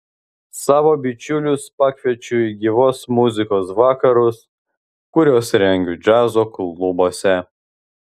savo bičiulius pakviečiu į gyvos muzikos vakarus kuriuos rengiu džiazo klubuose